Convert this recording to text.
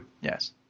Yes